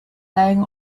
laying